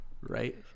Right